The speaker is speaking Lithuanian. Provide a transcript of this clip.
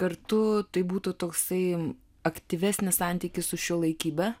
kartu tai būtų toksai aktyvesnis santykis su šiuolaikybe